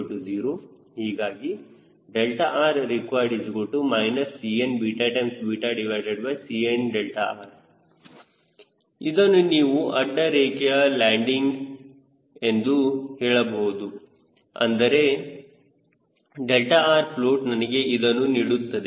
CnCnrr0 ಹೀಗಾಗಿ rrequired CnCnr ಇದನ್ನು ನೀವು ಅಡ್ಡ ರೆಕ್ಕೆಯ ಲ್ಯಾಂಡಿಂಗ್ ಎಂದು ಹೇಳಬಹುದು ಆದರೆ 𝛿rfloat ನನಗೆ ಇದನ್ನು ನೀಡುತ್ತದೆ